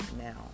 now